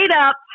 up